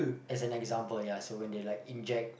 as an example ya so when they like inject